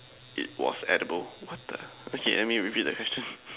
it was edible what the okay let me repeat the question